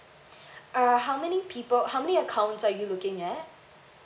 uh how many people how many accounts are you looking at